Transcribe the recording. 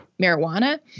marijuana